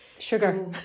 sugar